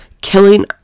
killing